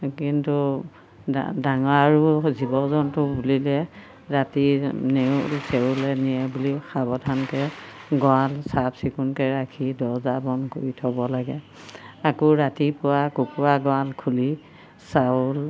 কিন্তু ডাঙৰো জীৱ জন্তু বুলিলে ৰাতি নেউল চেউলে নিয়ে বুলি সাৱধানকৈ গঁড়াল চাফচিকুণকৈ ৰাখি দৰ্জা বন্ধ কৰি থ'ব লাগে আকৌ ৰাতিপুৱা কুকুৰা গঁড়াল খুলি চাউল